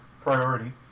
priority